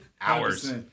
Hours